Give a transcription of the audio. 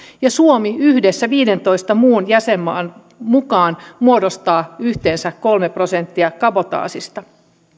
ja suomi yhdessä viidentoista muun jäsenmaan mukana muodostaa yhteensä kolme prosenttia kabotaasista